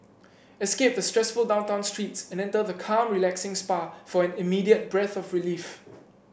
escape the stressful downtown streets and enter the calm relaxing spa for an immediate breath of relief